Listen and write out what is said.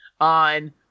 on –